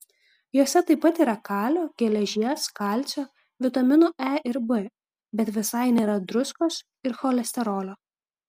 jose taip pat yra kalio geležies kalcio vitaminų e ir b bet visai nėra druskos ir cholesterolio